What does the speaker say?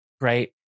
right